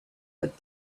what